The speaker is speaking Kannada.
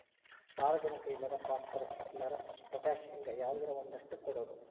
ಸಾರಜನಕ ಇಲ್ಲಾರ ಪಾಸ್ಪರಸ್, ಇಲ್ಲಾರ ಪೊಟ್ಯಾಶ ಹಿಂಗ ಯಾವದರ ಒಂದಷ್ಟ ಕೊಡುದು